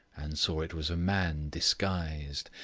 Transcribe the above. and saw it was a man disguised.